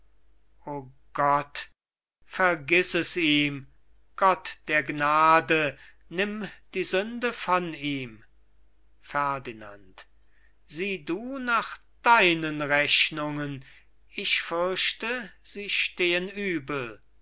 o gott vergiß es ihm gott der gnade nimm die sünde von ihm ferdinand sieh du nach deinen rechnungen ich fürchte sie stehen übel